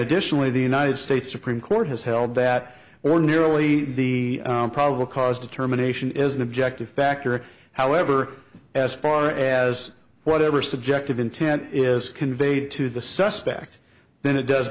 additionally the united states supreme court has held that ordinarily the probable cause determination is an objective factor however as far as whatever subjective intent is conveyed to the suspect then it does